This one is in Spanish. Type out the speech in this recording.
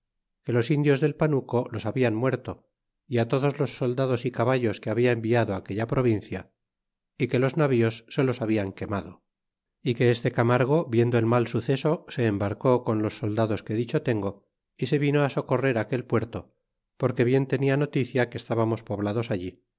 que los indios del palmeo los hablan muerto y todos los soldados y caballos que habla enviado aquella provincia y que los navíos se los habian quemado y que este catnargo viendo el mal suceso se embarcó con los soldados que dicho tengo y se vino á socorrer aquel puerto porque bien tenian noticia que estbamos poblador allí